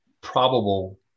probable